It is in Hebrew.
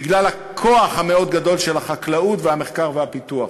בגלל הכוח המאוד-גדול של החקלאות והמחקר והפיתוח.